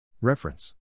Reference